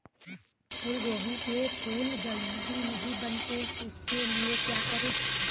फूलगोभी के फूल जल्दी नहीं बनते उसके लिए क्या करें?